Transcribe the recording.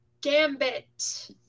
Gambit